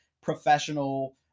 professional